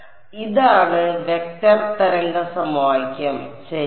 അതിനാൽ ഇതാണ് വെക്റ്റർ തരംഗ സമവാക്യം ശരി